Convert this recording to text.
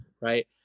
right